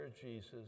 Jesus